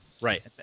Right